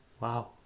Wow